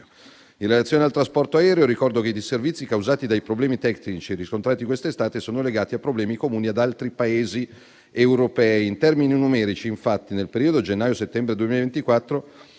In relazione al trasporto aereo, ricordo che i disservizi causati dai problemi tecnici riscontrati quest'estate sono legati a problemi comuni ad altri Paesi europei. In termini numerici, infatti, nel periodo gennaio-settembre 2024